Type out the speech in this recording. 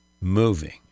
moving